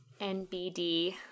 NBD